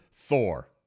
Thor